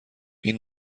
این